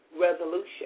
resolution